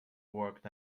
worked